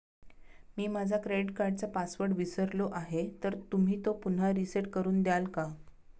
मी माझा क्रेडिट कार्डचा पासवर्ड विसरलो आहे तर तुम्ही तो पुन्हा रीसेट करून द्याल का?